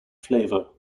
flavour